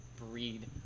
breed